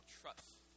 trust